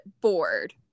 Bored